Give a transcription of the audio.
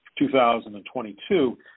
2022